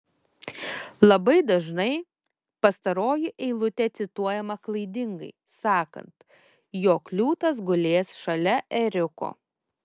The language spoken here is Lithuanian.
labai dažnai pastaroji eilutė cituojama klaidingai sakant jog liūtas gulės šalia ėriuko